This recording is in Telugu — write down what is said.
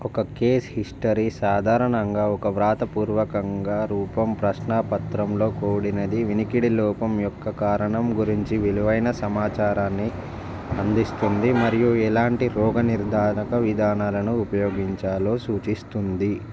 ఒక కేస్ హిస్టరీ సాధారణంగా ఒక వ్రాతపూర్వక రూపం ప్రశ్నాపత్రంతో కూడినది వినికిడి లోపం యొక్క కారణం గురించి విలువైన సమాచారాన్ని అందిస్తుంది మరియు ఎలాంటి రోగనిర్ధారక విధానాలను ఉపయోగించాలో సూచిస్తుంది